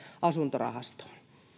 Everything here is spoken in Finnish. asuntorahastoon